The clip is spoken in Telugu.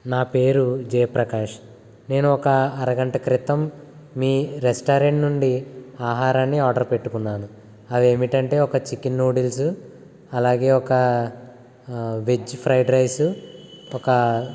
నా పేరు జయప్రకాష్ నేను ఒక అరగంట క్రితం మీ రెస్టారెంట్ నుండి ఆహారాన్ని ఆర్డర్ పెట్టుకున్నాను అవి ఏమిటంటే ఒక చికెన్ నూడిల్సు అలాగే ఒక వెజ్ ఫ్రైడ్ రైస్ ఒక